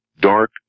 dark